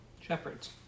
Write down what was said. Shepherds